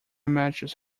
matches